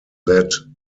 led